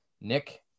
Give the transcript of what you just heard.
Nick